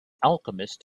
alchemist